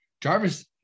Jarvis